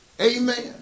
Amen